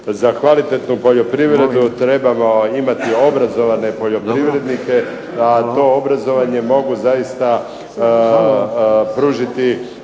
Za kvalitetnu poljoprivredu trebamo imati obrazovane poljoprivrednike, a to obrazovanje mogu zaista pružiti